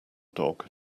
dog